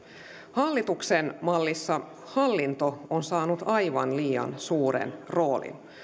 hallituksen mallissa hallinto on saanut aivan liian suuren roolin